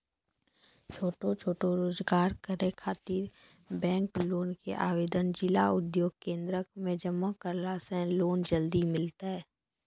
छोटो छोटो रोजगार करै ख़ातिर बैंक लोन के आवेदन जिला उद्योग केन्द्रऽक मे जमा करला से लोन जल्दी मिलतै?